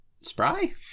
Spry